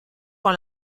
con